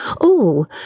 Oh